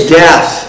death